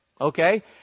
Okay